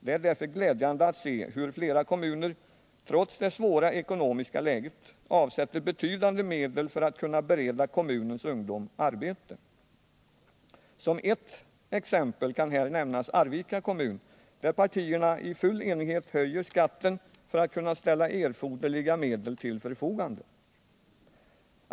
Det är därför glädjande att se hur flera kommuner — trots det svåra ekonomiska läget — avsätter betydande medel för att kunna bereda kommunens ungdom arbete. Som ett exempel kan här nämnas Arvika kommun, där partierna i full enighet höjer skatten för att kunna ställa erforderliga medel till förfogande.